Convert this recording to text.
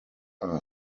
are